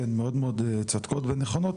שהן מאוד מאוד צודקות ונכונות,